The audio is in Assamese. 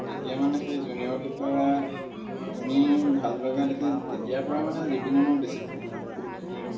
তেতিয়া মানে সেই জুনিয়ৰটোৰ পৰা শুনি ভাল লগা দেখি তেতিয়াৰ পৰা মানে জুবিনৰ মই বেছি বহুতখিনি